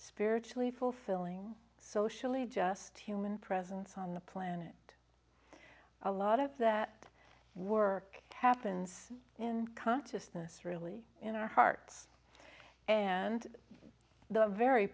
spiritually fulfilling socially just human presence on the planet a lot of that work happens in consciousness really in our hearts and the very